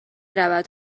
رود